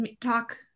talk